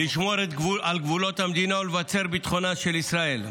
-- לשמור על גבולות המדינה ולבצר את ביטחונה של ישראל.